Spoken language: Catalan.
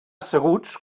asseguts